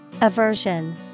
aversion